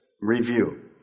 review